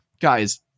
guys